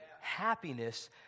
happiness